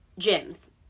gyms